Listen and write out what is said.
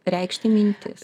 reikšti mintis